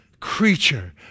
creature